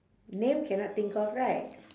name cannot think of right